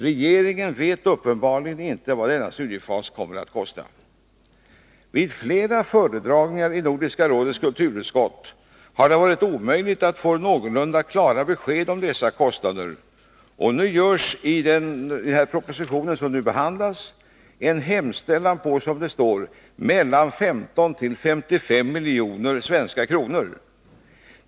Regeringen vet uppenbarligen inte vad denna studiefas kommer att kosta. Vid flera föredragningar i Nordiska rådets kulturutskott har det varit omöjligt att få någorlunda klara besked om dessa kostnader. I den proposition som nu behandlas görs en hemställan om 15-55 miljoner svenska kronor.